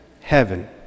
heaven